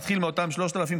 נתחיל מאותם 3,000,